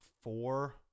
four